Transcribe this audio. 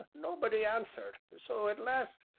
nobody answered, so, at last,